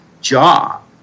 job